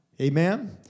Amen